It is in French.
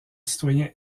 citoyen